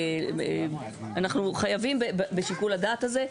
אנחנו חייבים בשיקול הדעת הזה,